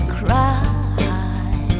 cry